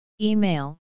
Email